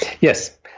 Yes